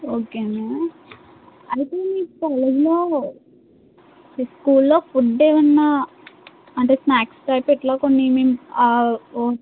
okay ma'am అయితే మీ కాలేజీలో మీ స్కూల్లో ఫుడ్ ఏమైనా అంటే స్నాక్స్ టైప్ ఇట్లా కొన్ని మేము ఓ